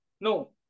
No